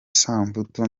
samputu